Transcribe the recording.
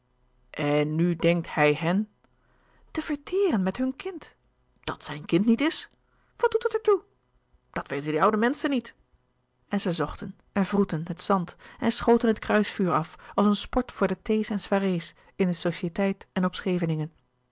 en nu denkt hij hen te verteederen met hun kind dat zijn kind niet is wat doet er dat toe louis couperus de boeken der kleine zielen dat weten die oude menschen niet en zij zochten en wroetten het zand en schoten het kruisvuur af als een sport voor de thee's en soireé's in de societeit en op scheveningen